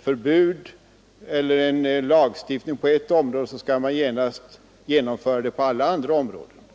förbud eller en lagstiftning på ett område, så skall man genast i konsekvensens namn göra det också på alla andra områden, menar tydligen herr Åkerlind.